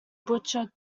butcher